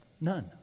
none